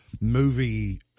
movie